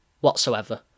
Whatsoever